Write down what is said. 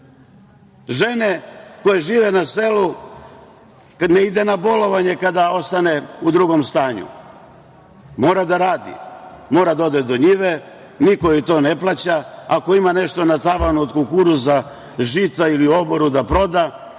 Žene koje žive na selu ne idu na bolovanje kada ostanu u drugom stanju. Mora da radi, mora da ode do njive, niko joj to ne plaća. Ako ima nešto na tavanu od kukuruza, žita ili u oboru da proda